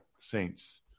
Saints